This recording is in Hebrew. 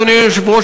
אדוני היושב-ראש,